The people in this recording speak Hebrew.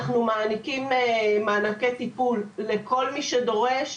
אנחנו מעניקים מענקי טיפול לכל מי שדורש,